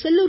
Sellur